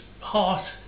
heart